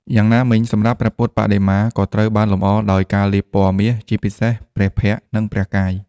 យ៉ាងណាមិញសម្រាប់ ព្រះពុទ្ធបដិមា ក៏ត្រូវបានលម្អដោយការលាបពណ៌មាស ជាពិសេសព្រះភ័ក្ត្រ និងព្រះកាយ។